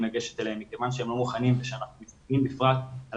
לגשת אליהם מכיוון שהם לא מוכנים וכשאנחנו מסתכלים בפרט על